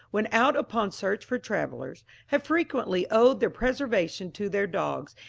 when out upon search for travellers, have frequently owed their preservation to their dogs,